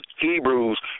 Hebrews